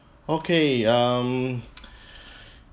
okay um